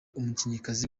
umukinnyikazi